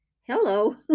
Hello